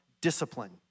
discipline